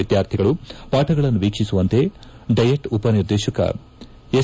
ವಿದ್ಯಾರ್ಥಿಗಳು ಪಾಠಗಳನ್ನು ವೀಕ್ಷಿಸುವಂತೆ ಡಯಟ್ ಉಪನಿರ್ದೇಶಕ ಎಸ್